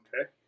Okay